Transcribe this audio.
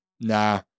nah